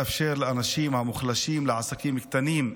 לאפשר לאנשים המוחלשים, לעסקים קטנים,